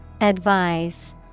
Advise